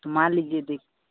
तो मान लीजिए दे